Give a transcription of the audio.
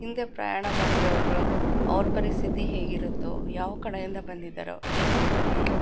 ಹಿಂದೆ ಪ್ರಯಾಣ ಮಾಡಿರೋರು ಅವ್ರ ಪರಿಸ್ಥಿತಿ ಹೇಗಿರತ್ತೋ ಯಾವ ಕಡೆಯಿಂದ ಬಂದಿದ್ದಾರೋ ಏನೂ ಗೊತ್ತಿಲ್ಲ